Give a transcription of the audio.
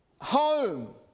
home